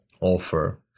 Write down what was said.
offer